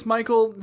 Michael